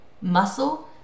muscle